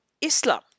Islam